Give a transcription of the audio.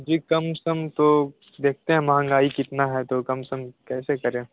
जी कम से कम तो देखते हैं महंगाई कितना है तो कम से कम कैसे करें